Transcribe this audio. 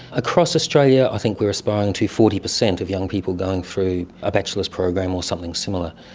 across australia i think we are aspiring to forty percent of young people going through a bachelor's program or something similar.